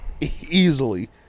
Easily